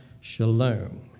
Shalom